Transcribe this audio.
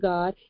God